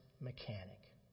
mechanic